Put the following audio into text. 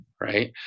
right